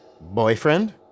Boyfriend